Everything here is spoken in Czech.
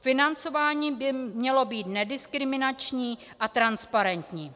Financování by mělo být nediskriminační a transparentní.